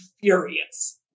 furious